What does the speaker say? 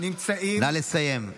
נא לסיים.